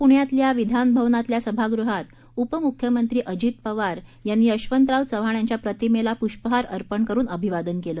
पूण्यातल्या विधान भवनातल्या सभागृहात उपमुख्यमंत्री अजित पवार यांनी यशवंतराव चव्हाण यांच्या प्रतिमेला पुष्पहार अर्पण करून अभिवादन केलं